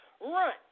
Run